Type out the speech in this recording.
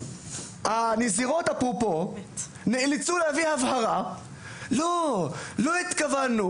הנזירות נאלצו להבהיר שהן לא התכוונו.